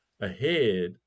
ahead